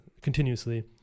continuously